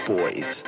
Boys